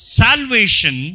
salvation